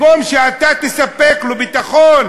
במקום שאתה תספק לו ביטחון